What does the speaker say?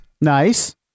Nice